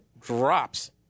drops